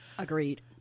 Agreed